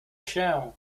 się